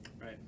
right